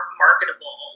marketable